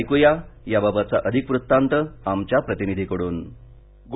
ऐक्या याबाबतचा अधिक वृत्तांत आमच्या प्रतिनिधीकड्न